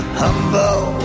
humble